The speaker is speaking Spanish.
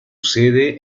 sede